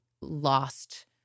lost